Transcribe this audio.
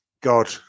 god